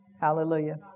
Hallelujah